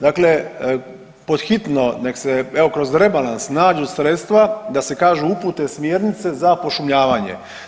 Dakle pod hitno nek se evo kroz rebalans nađu sredstva da se kažu upute smjernice za pošumljavanje.